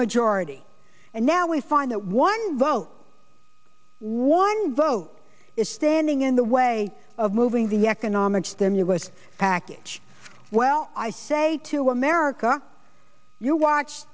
majority and now we find that one vote one vote is standing in the way of moving the economic stimulus package well i say to america you watch